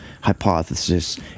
hypothesis